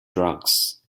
drugs